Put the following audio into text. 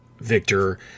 Victor